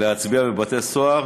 להצביע בבתי-הסוהר